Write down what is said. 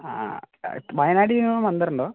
ആ ആ അത് വായനാട്ടിൽ വന്നിട്ടുണ്ടോ